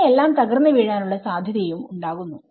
അങ്ങനെ എല്ലാം തകർന്ന് വീഴാനുള്ള സാധ്യത യും ഉണ്ടാകുന്നു